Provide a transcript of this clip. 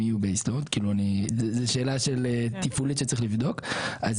יהיו Base Load ; זוהי שאלה תפעולית שצריך לבדוק זה